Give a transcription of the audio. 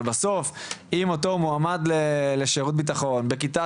אבל בסוף אם אותו מועמד לשירות בטחון בכיתה